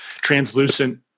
translucent